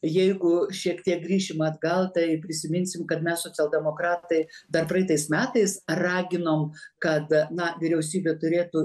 jeigu šiek tiek grįšim atgal tai prisiminsim kad mes socialdemokratai dar praeitais metais raginom kada na vyriausybė turėtų